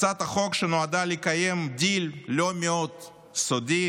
הצעת חוק שנועדה לקיים דיל לא מאוד סודי